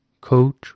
coach